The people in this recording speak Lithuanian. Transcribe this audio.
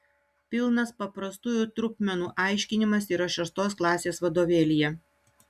pilnas paprastųjų trupmenų aiškinimas yra šeštos klasės vadovėlyje